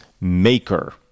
maker